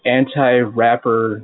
anti-rapper